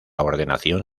ordenación